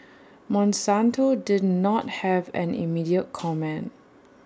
monsanto did not have an immediate comment